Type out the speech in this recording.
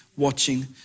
Watching